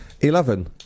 Eleven